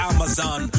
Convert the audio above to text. Amazon